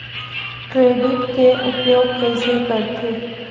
Credit के उपयोग कइसे करथे?